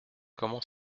comment